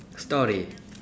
story